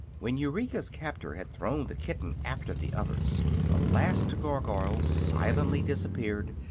when eureka's captor had thrown the kitten after the others the last gargoyle silently disappeared,